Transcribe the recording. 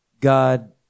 God